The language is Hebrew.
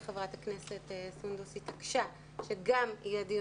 שחברת הכנסת סונדוס התעקשה שגם יהיה דיון